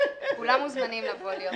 כולם מוזמנים לבוא להית נהגים.